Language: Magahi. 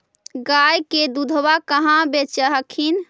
गया के दूधबा कहाँ बेच हखिन?